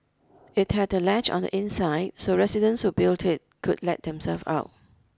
it had a latch on the inside so residents who built it could let themselves out